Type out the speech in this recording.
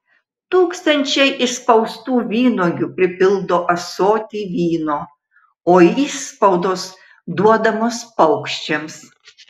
tūkstančiai išspaustų vynuogių pripildo ąsotį vyno o išspaudos duodamos paukščiams